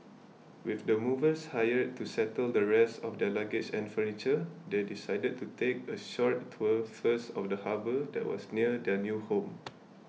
with the movers hired to settle the rest of luggages and furniture they decided to take a short tour first of the harbour that was near their new home